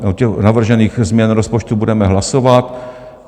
U navržených změn rozpočtu budeme hlasovat.